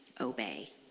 obey